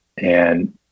And-